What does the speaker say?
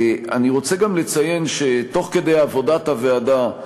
אני רוצה גם לציין שתוך כדי עבודת הוועדה,